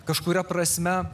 kažkuria prasme